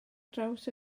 draws